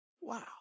Wow